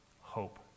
hope